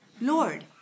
Lord